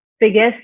biggest